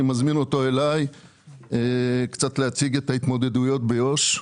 אני מזמין אותו אלי להציג את ההתמודדות ביהודה ושומרון,